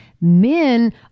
Men